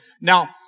Now